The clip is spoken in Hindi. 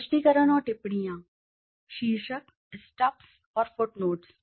स्पष्टीकरण और टिप्पणियां शीर्षक स्टब्स और फ़ुटनोट्स